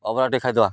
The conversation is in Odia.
ଅଭଡ଼ାଟେ ଖାଇଦେବା